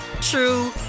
true